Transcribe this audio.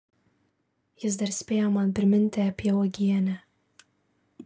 jis dar spėjo man priminti apie uogienę